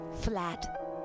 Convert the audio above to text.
flat